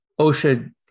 OSHA